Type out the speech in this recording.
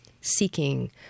seeking